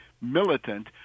militant